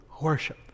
worship